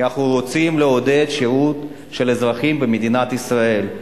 כי אנחנו רוצים לעודד שירות של אזרחים במדינת ישראל.